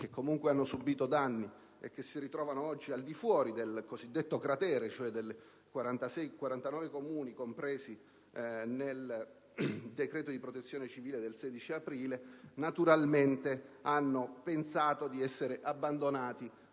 che comunque hanno subito danni e che si trovano oggi al di fuori del cosiddetto cratere, cioè dei 49 Comuni compresi nel decreto di Protezione civile del 16 aprile, naturalmente hanno ritenuto di essere stati abbandonati